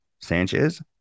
Sanchez